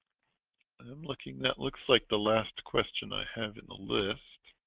um looking that looks like the last question i have in the list